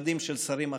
משרדים של שרים אחרים.